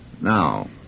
Now